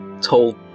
told